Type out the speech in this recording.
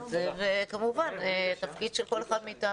את זה וכמובן זה תפקיד של כל אחד מאתנו.